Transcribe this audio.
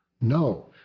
no